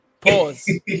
Pause